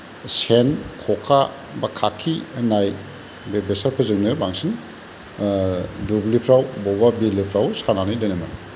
सेन ख'खा बा खाखि होननाय बे बेसादफोरजोंनो बांसिन दुब्लिफ्राव बबेबा बिलोफ्राव सानानै दोनोमोन